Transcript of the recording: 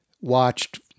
watched